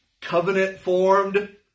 covenant-formed